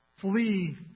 Flee